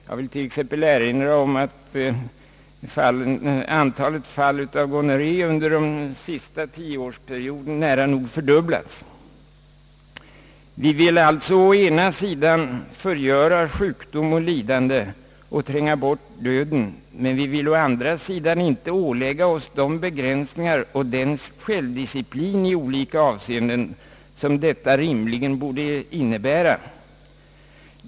Jag vill t.ex. erinra om att antalet gonorréfall under den senaste tioårsperioden nära nog fördubblats. Vi vill alltså å ena sidan förgöra sjukdom och lidande och tränga bort döden, men vi vill å andra sidan inte ålägga oss de begränsningar och den självdisciplin i olika avseenden som rimligen skulle krävas härför.